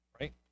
right